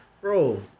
Bro